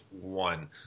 One